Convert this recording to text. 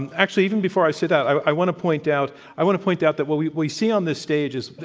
and actually, even before i say that, i want to point out i want to point out that what we we see on this stage is,